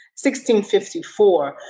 1654